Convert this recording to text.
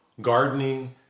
gardening